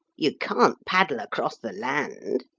you can't paddle across the land.